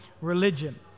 religion